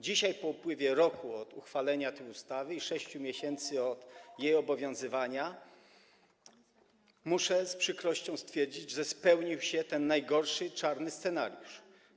Dzisiaj po upływie roku od uchwalenia tej ustawy i 6 miesięcy jej obowiązywania muszę z przykrością stwierdzić, że spełnił się ten najgorszy czarny scenariusz.